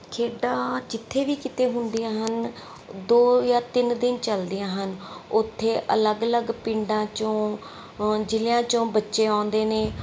ਖੇਡਾਂ ਜਿੱਥੇ ਵੀ ਕਿਤੇ ਹੁੰਦੀਆਂ ਹਨ ਦੋ ਜਾਂ ਤਿੰਨ ਦਿਨ ਚੱਲਦੀਆਂ ਹਨ ਉੱਥੇ ਅਲੱਗ ਅਲੱਗ ਪਿੰਡਾਂ 'ਚੋਂ ਜ਼ਿਲ੍ਹਿਆਂ 'ਚੋਂ ਬੱਚੇ ਆਉਂਦੇ ਨੇ